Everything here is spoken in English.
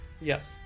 Yes